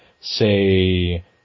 say